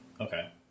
okay